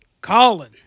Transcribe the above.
Colin